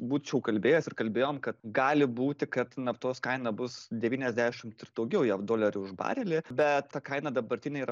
būčiau kalbėjęs ir kalbėjom kad gali būti kad naftos kaina bus devyniasdešimt ir daugiau jav dolerių už barelį bet ta kaina dabartinė yra